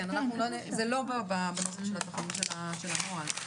זה לא בנוסח של התקנות אלא של הנוהל.